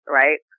right